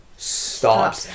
Stop